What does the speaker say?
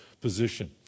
position